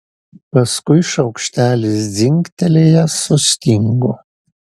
paskui šaukštelis dzingtelėjęs sustingo